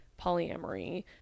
polyamory